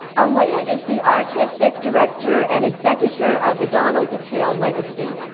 ah lea ah is the artistic director and executor of the donald mckayle legacy.